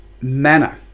manner